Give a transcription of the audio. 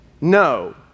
no